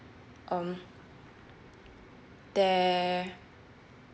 um there